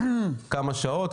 כמה שעות,